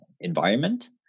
environment